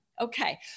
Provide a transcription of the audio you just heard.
Okay